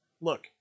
look